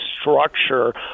structure